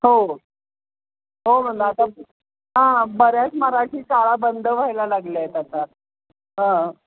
हो हो म्हणलं आता हां बऱ्याच मराठी शाळा बंद व्हायला लागल्या आहेत आता हां